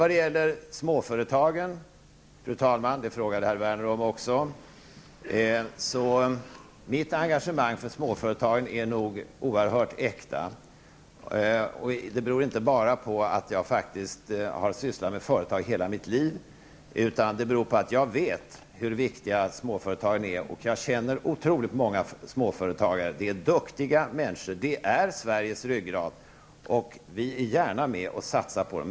Vad gäller småföretagen -- det frågade också herr Werner om -- är nog mitt engagemang för småföretagen oerhört äkta. Det beror inte bara på att jag faktiskt har sysslat med företag hela mitt liv, utan det beror på att jag vet hur viktiga småföretagen är. Jag känner oerhört många småföretagare. De är duktiga människor, och de är Sveriges ryggrad, och vi är gärna med och satsar på dem.